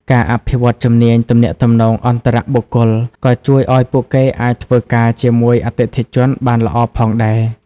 ការអភិវឌ្ឍជំនាញទំនាក់ទំនងអន្តរបុគ្គល ក៏ជួយឲ្យពួកគេអាចធ្វើការជាមួយអតិថិជនបានល្អផងដែរ។